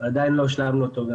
אבל עדיין לא השלמנו אותו.